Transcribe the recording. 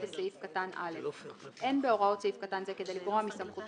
בסעיף קטן (א); אין בהוראות סעיף קטן זה כדי לגרוע מסמכות